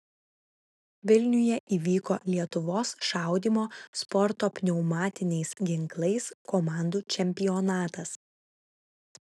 vilniuje įvyko lietuvos šaudymo sporto pneumatiniais ginklais komandų čempionatas